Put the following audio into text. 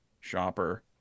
shopper